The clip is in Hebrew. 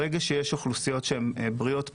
ברגע שיש אוכלוסיות בריאות פחות,